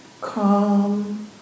calm